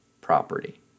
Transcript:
property